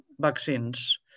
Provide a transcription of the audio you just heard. vaccines